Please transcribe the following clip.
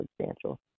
substantial